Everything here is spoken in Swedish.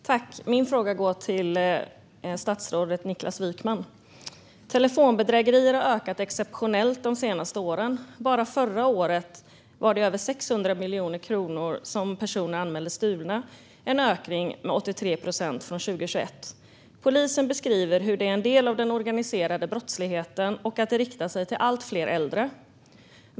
Herr talman! Min fråga går till statsrådet Niklas Wykman. Telefonbedrägerier har ökat exceptionellt mycket de senaste åren. Bara förra året var det över 600 miljoner kronor som personer anmälde stulna, vilket är en ökning med 83 procent från 2021. Polisen beskriver hur detta är en del av den organiserade brottsligheten och att det riktar sig mot alltfler äldre.